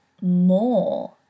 more